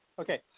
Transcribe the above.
Okay